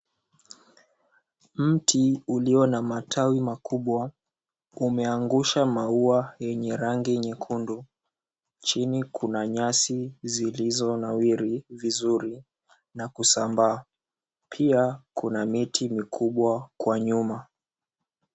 Mti ulio na matawi makubwa umeangusha maua yenye rangi nyekundu. Chini kuna nyasi zilizonawiri vizuri na kusambaa. Pia kuna miti mikubwa kwa nyuma.